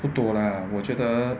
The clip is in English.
不多 lah 我觉得